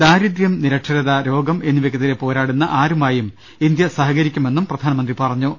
ദാരിദ്യം നിരക്ഷരത രോഗം എന്നി വക്കെതിരെ പോരാടുന്ന ആരുമായും ഇന്ത്യ സഹകരിക്കുമെന്നും പ്രധാനമന്ത്രി അറിയിച്ചു